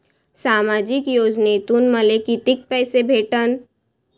सामाजिक योजनेतून मले कितीक पैसे भेटन?